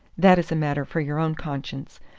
that is a matter for your own conscience.